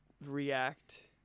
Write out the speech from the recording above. react